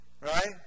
Right